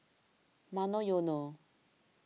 Monoyono